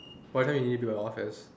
what time do you need to be in office